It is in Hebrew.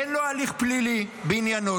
אין הליך פלילי בעניינו,